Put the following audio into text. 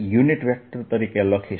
z તરીકે લખીશ